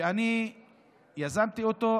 שאני יזמתי אותו,